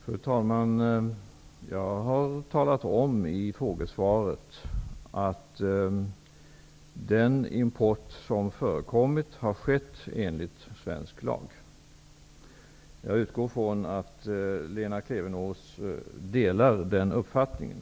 Fru talman! Jag har talat om i frågesvaret att den import som förekommit har skett enligt svensk lag. Jag utgår ifrån att Lena Klevenås delar den uppfattningen.